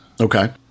Okay